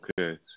Okay